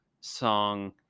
song